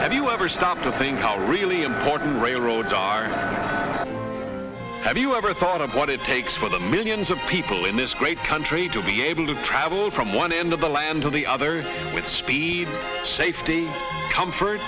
if you ever stop to think of a really important railroad car have you ever thought of what it takes for the millions of people in this great country to be able to travel from one end of the land to the other with speed safety com